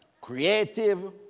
creative